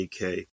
AK